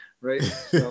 Right